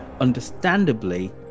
understandably